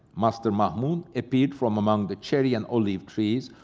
master mahmud appeared from among the cherry and olive trees,